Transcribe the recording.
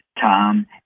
Tom